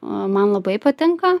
man labai patinka